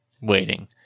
waiting